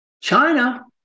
China